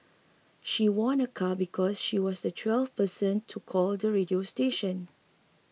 she won a car because she was the twelfth person to call the radio station